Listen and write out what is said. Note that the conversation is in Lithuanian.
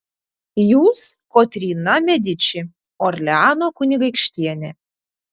jūs kotryna mediči orleano kunigaikštienė